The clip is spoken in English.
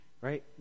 right